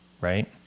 Right